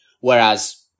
Whereas